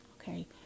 okay